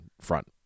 front